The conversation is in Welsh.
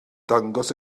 dangos